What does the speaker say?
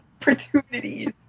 opportunities